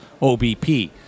OBP